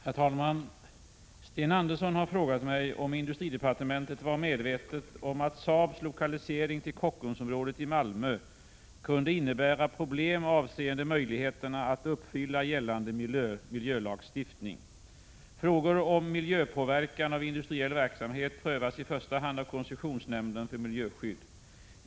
Herr talman! Sten Andersson i Malmö har frågat mig om industridepartementet var medvetet om att Saabs lokalisering till Kockumsområdet i Malmö kunde innebära problem avseende möjligheterna att uppfylla gällande Prot. 1986/87:42 miljölagstiftning. 4 december 1986 Frågor om miljöpåverkan av industriell verksamhet prövas i första hand av — dj. doom an koncessionsnämnden för miljöskydd.